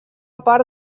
part